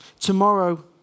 Tomorrow